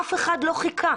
אף אחד לא חיכה.